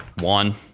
One